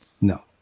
No